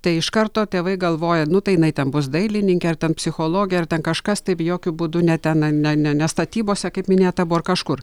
tai iš karto tėvai galvoja nu tai jinai ten bus dailininkė ar ten psichologė ar ten kažkas taip jokiu būdu ne ten ne ne ne statybose kaip minėta buvo kažkur